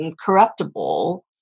corruptible